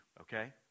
okay